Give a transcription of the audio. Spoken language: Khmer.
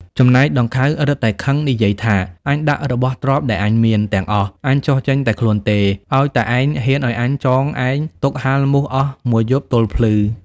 ចំណែកដង្ខៅ រឹតតែខឹង និយាយថា "អញដាក់របស់ទ្រព្យដែលអញមាន ទាំងអស់ អញចុះចេញតែខ្លួនទេ ឲ្យតែឯងហ៊ានឲ្យអញចងឯង ទុកហាលមូសអស់ ១ យប់ទល់ភ្លឺ